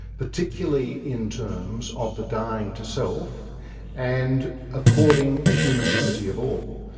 particularly in terms of the dying to self and according the human dignity of all.